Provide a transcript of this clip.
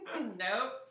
Nope